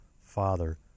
father